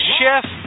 Chef